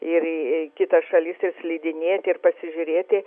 ir į kitas šalis ir slidinėti ir pasižiūrėti